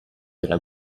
della